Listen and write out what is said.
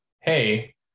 hey